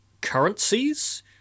currencies